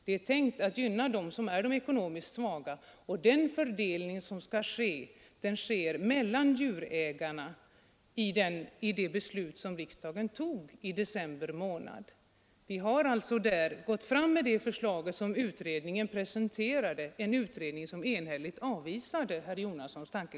Det är tänkt att vi skall gynna dem som är ekonomiskt svaga. Den fördelning som skall äga rum sker mellan djurägarna enligt beslut som riksdagen tog i december månad. Vi har alltså där gått fram med det förslag som utredningen presenterade, en utredning som enhälligt avvisade herr Jonassons tanke